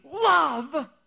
love